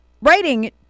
writing